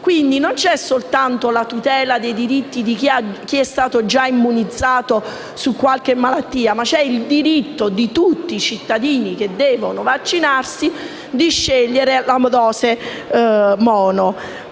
Quindi, c'è non soltanto la tutela dei diritti di chi è stato già immunizzato da qualche malattia, ma anche il diritto di tutti i cittadini che devono vaccinarsi di scegliere la monodose.